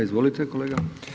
Izvolite kolega.